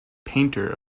painter